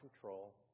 control